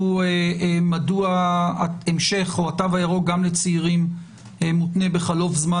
ושאלו מדוע התו הירוק גם לצעירים מותנה בחלוף זמן,